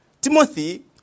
Timothy